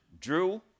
Drew